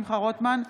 שמחה רוטמן,